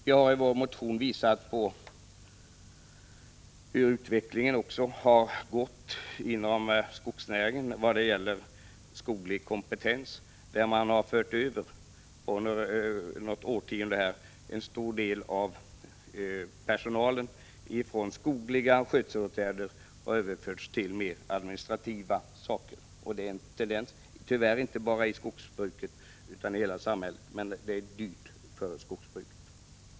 Vi har i vår motion visat på hur utvecklingen vad gäller skoglig kompetens har varit inom skogsnäringen. Man har under några årtionden fört över en stor del av personalen från skogliga skyddsåtgärder till mera administrativa uppgifter. Detta är en tendens, tyvärr inte bara inom skogsnäringen utan i hela samhället. Men för skogsbruket blir det dyrt.